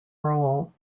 role